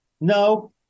No